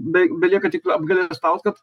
bei belieka tik apgailestaut kad